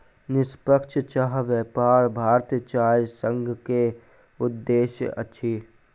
निष्पक्ष चाह व्यापार भारतीय चाय संघ के उद्देश्य अछि